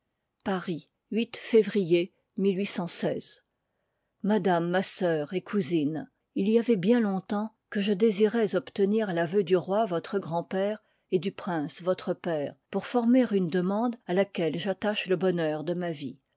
paris février madame ma soeur et cocsihe il y avoit bien long-temps que je désirois obtenir l'aveu du roi votre grandpère et du prince votre père pour former une demande à laquelle j'attache le bonheur de ma vie